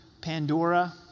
Pandora